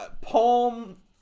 palm